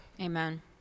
Amen